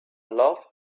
loved